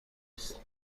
است